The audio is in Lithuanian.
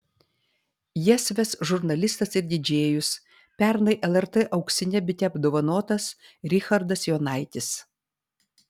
jas ves žurnalistas ir didžėjus pernai lrt auksine bite apdovanotas richardas jonaitis